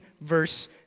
verse